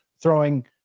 throwing